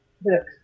books